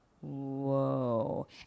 whoa